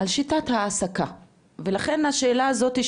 על שיטת העסקה ולכן השאלה הזאתי,